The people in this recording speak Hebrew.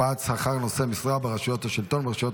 (הקפאת שכר נושאי משרה ברשויות השלטון וברשויות